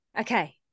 Okay